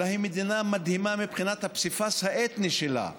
אלא היא מדינה מדהימה מבחינת הפסיפס האתני שלה,